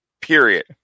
period